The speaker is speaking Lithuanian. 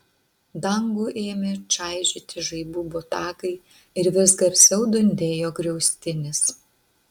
dangų ėmė čaižyti žaibų botagai ir vis garsiau dundėjo griaustinis